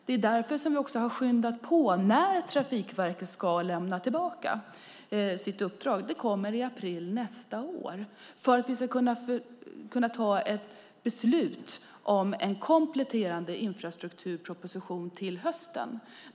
Det är också därför vi har skyndat på Trafikverket att redovisa sitt uppdrag, och det kommer i april nästa år, så att vi kan ta ett beslut om en kompletterande infrastrukturproposition till hösten.